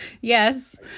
yes